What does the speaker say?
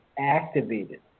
activated